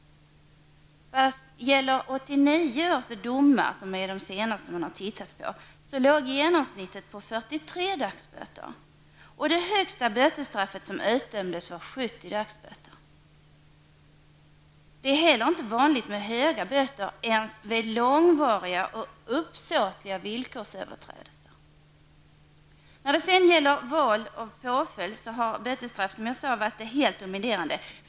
Vad gäller 1989 års domar -- det är det senaste man har tittat på -- låg genomsnittet på 43 dagsböter. Det högsta bötesstraffet som utdömdes var 70 dagsböter. Det är inte heller vanligt med höga böter ens vid långvariga och uppsåtliga villkorsöverträdelser. När det sedan gäller val av påföljd har bötesstraff hittills varit det helt dominerande.